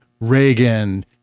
Reagan